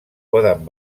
poden